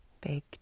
Big